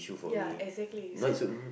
ya exactly so